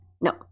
No